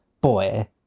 boy